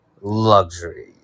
luxury